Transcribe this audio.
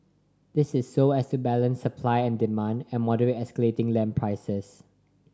this is so as to balance supply and demand and moderate escalating land prices